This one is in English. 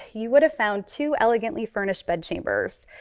you would have found two elegantly furnished bed chambers.